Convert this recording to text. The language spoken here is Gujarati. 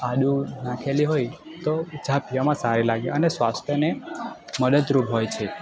આદુ નાખેલી હોય તો ચા પીવામાં સારી લાગે અને સ્વાસ્થ્યને મદદરૂપ હોય છે